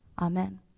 Amen